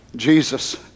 Jesus